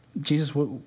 Jesus